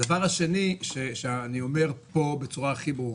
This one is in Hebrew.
הדבר השני שאני אומר פה בצורה הכי ברורה,